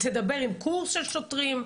תדבר עם קורס של שוטרים.